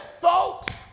folks